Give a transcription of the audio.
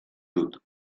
dut